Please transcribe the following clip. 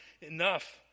enough